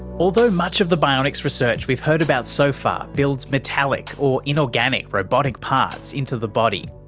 although much of the bionics research we've heard about so far builds metallic or inorganic robotic parts into the body,